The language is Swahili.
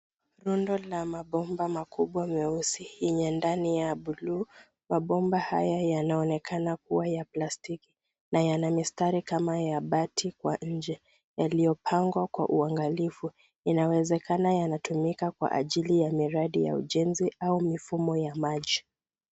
Rundo la mabomba makubwa meusi yenye ndani ya bluu. Mabomba haya yanaonekana kuwa ya plastiki na yana mistari kama ya bati kwa nje yaliyopangwa kwa uangalifu. Inawezekana yanatumika kwa ajili ya miradi ya ujenzi au mifumo ya maji.